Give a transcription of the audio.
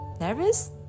Nervous